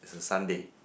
it's a Sunday